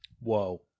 Whoa